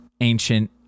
ancient